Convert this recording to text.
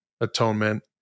atonement